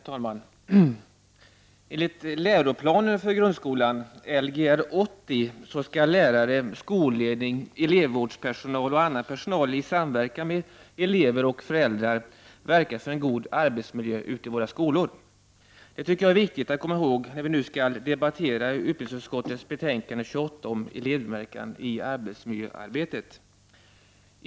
Herr talman! Enligt läroplanen för grundskolan skall lärare, skolledning, elevrådspersonal och annan personal i samverkan med elever och föräldrar verka för en god arbetsmiljö i våra skolor. Det tycker jag är viktigt att komma ihåg när vi nu skall debattera utbildningsutskottets betänkande 28, om elevmedverkan i arbetsmiljöarbetet.